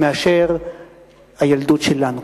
מאשר הילדות שלנו.